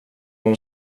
hon